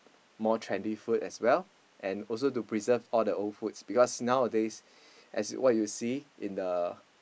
more trendy food as well and also to preserve all the old foods because nowadays as what you see in the